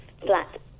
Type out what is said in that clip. flat